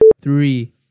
Three